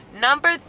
number